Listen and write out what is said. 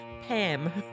Pam